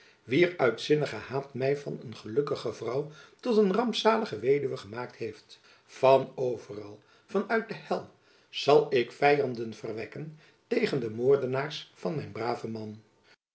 wier uitzinnige haat my van een gelukkige vrouw tot een rampzalige weduwe gemaakt heeft van overal van uit de hel zal ik vyanden verwekken tegen de moordenaars van mijn braven man